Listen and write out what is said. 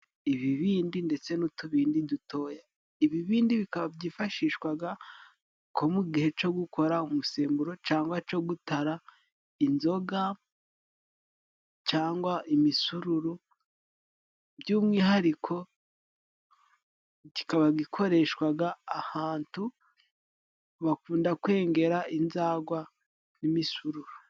Ibibindi ndetse n'utubindi dutoya, ibibindi bikaba byifashishwa nko mu gihe cyo gukora umusemburo, cyangwa cyo gutara inzoga, cyangwa imisururu, by'umwihariko kiba gikoreshwa ahantu bakunda kwengera inzagwa n'imisururu.